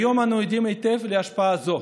היום אנחנו עדים היטב להשפעה זו: